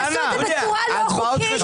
תעשו את זה בצורה לא חוקית,